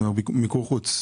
מיקור חוץ.